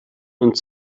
und